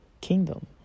kingdom